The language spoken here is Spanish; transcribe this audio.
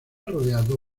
rodeado